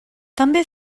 també